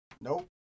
Nope